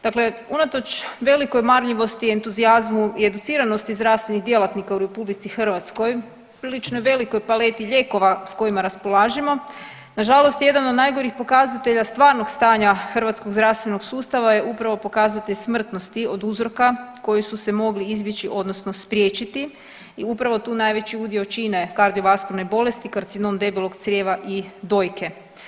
Dakle, unatoč velikoj marljivosti i entuzijazmu i educiranosti zdravstvenih djelatnika u RH prilično velikoj paleti lijekova s kojima raspolažemo, nažalost jedan od najgorih pokazatelja stvarnog stanja hrvatskog zdravstvenog sustava je upravo pokazatelj smrtnosti od uzroka koji su se mogli izbjeći odnosno spriječiti i upravo tu najveći udio čine kardiovaskularne bolesti, karcinom debelog crijeva i dojke.